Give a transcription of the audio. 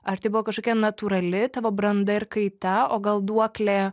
ar tai buvo kažkokia natūrali tavo branda ir kaita o gal duoklė